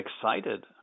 excited